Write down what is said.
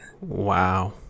Wow